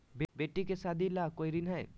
बेटी के सादी ला कोई ऋण हई?